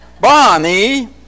Bonnie